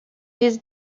his